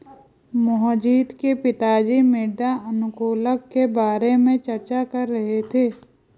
मोहजीत के पिताजी मृदा अनुकूलक के बारे में चर्चा कर रहे थे